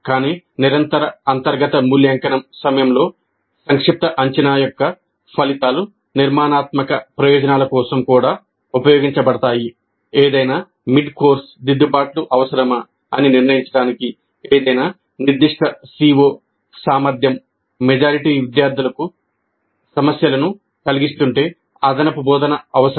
కానీ నిరంతర అంతర్గత మూల్యాంకనం సమయంలో సంక్షిప్త అంచనా యొక్క ఫలితాలు నిర్మాణాత్మక ప్రయోజనాల కోసం కూడా ఉపయోగించబడతాయి ఏదైనా మిడ్కోర్స్ దిద్దుబాట్లు అవసరమా అని నిర్ణయించడానికి ఏదైనా నిర్దిష్ట CO సామర్థ్యం మెజారిటీ విద్యార్థులకు సమస్యలను కలిగిస్తుంటే అదనపు బోధన అవసరం